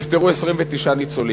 נפטרו 29 ניצולים.